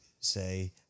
say